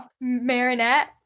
Marinette